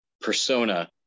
persona